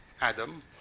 Adam